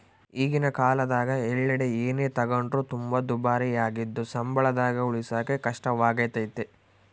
ಈಗಿನ ಕಾಲದಗ ಎಲ್ಲೆಡೆ ಏನೇ ತಗೊಂಡ್ರು ತುಂಬಾ ದುಬಾರಿಯಾಗಿದ್ದು ಸಂಬಳದಾಗ ಉಳಿಸಕೇ ಕಷ್ಟವಾಗೈತೆ